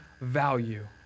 value